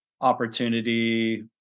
opportunity